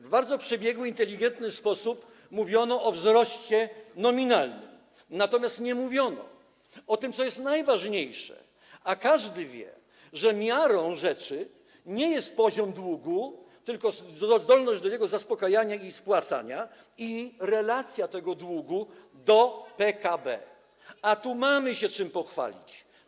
W bardzo przebiegły, inteligentny sposób mówiono o wzroście nominalnym, natomiast nie mówiono o tym, co jest najważniejsze, a każdy wie, że miarą rzeczy nie jest poziom długu, tylko zdolność do jego zaspokajania i spłacania oraz relacja tego długu do PKB, a tu mamy się czym pochwalić.